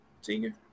senior